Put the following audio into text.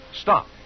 stop